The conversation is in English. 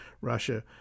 Russia